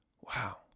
Wow